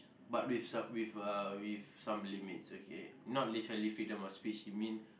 but with some with uh with some limits okay not literally freedom of speech you mean